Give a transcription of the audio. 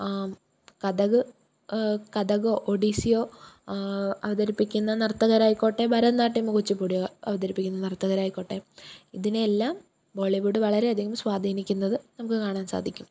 ആം ഖതക്ക് ഖതക്കോ ഒഡിസ്സിയൊ അവതരിപ്പിക്കുന്ന നർത്തകരായിക്കോട്ടെ ഭരതനാട്യം കുച്ചുപ്പുടിയൊ അവതരിപ്പിക്കുന്ന നർത്തകരായിക്കോട്ടെ ഇതിനെയെല്ലാം ബോളിവുഡ് വളരെയധികം സ്വാധീനിക്കുന്നത് നമുക്ക് കാണാൻ സാധിക്കും